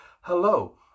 Hello